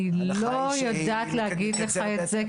אני לא יודעת להגיד לך את זה,